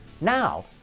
Now